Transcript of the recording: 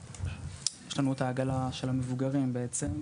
יש לנו את העגלה של המבוגרים בעצם,